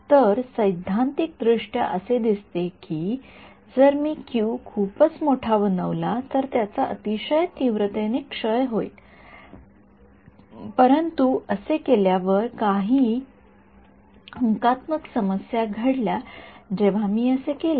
तर सैद्धांतिक दृष्ट्या असे दिसते आहे की जर मी क्यू खूपच मोठा बनविला तर त्याचा अतिशय तीव्रतेने क्षय होईल परंतु असे केल्यावर काही अंकात्मक समस्या घडल्या जेव्हा मी असे केले